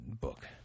book